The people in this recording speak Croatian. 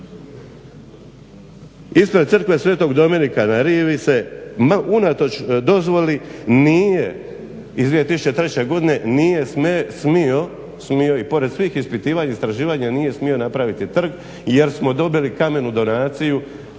Ispred Crkve sv. Dominika na rivi se unatoč dozvoli nije, iz 2003. godine nije smio i pored svih ispitivanja, i istraživanja nije smio napraviti trg jer smo dobili kamen u donaciju,